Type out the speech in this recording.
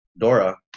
Dora